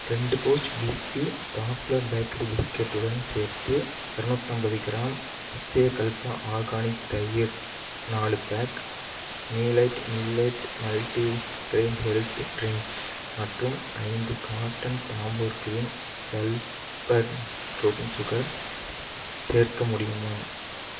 ரெண்டு pouch BB popular bakery பிஸ்கட்டுடன் சேர்த்து இரநூத்தம்பது கிராம் அக்ஷயகல்ப ஆர்கானிக் தயிர் நாலு பேக் மீலைட் millet multi grain health drinks மற்றும் ஐந்து கார்ட்டன் தாம்பூர் கிரீன் சல்ஃபர்டுடன் சுகர் சேர்க்க முடியுமா